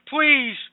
please